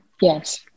yes